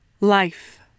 Life